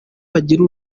bagira